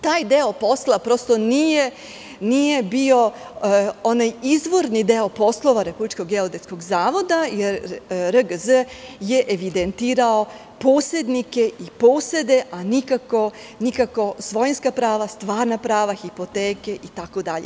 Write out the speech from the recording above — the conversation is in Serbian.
Taj deo posla prosto nije bio onaj izvorni deo poslova RGZ, jer RGZ je evidentirao posednike i posede, a nikako svojinska prava, stvarna prava, hipoteke itd.